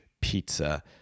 pizza